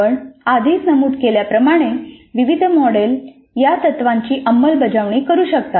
आपण आधीच नमूद केल्याप्रमाणे विविध मॉडेल या तत्त्वांची अंमलबजावणी करू शकतात